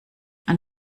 ein